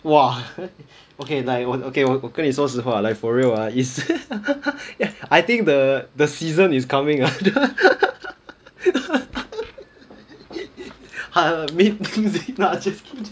!wah! okay like 我 okay 我我跟你说实 like for real ah is I think the the season is coming ah ah mating season no I just kidding